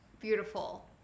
beautiful